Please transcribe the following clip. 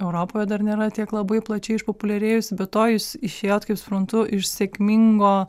europoje dar nėra tiek labai plačiai išpopuliarėjusi be to jūs išėjot kaip suprantu iš sėkmingo